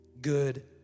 Good